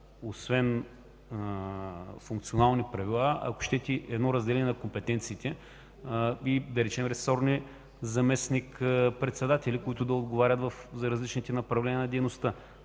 освен функционални правила, но и разделяне на компетенциите и ресорни заместник-председатели, които да отговарят за различните направления на дейността.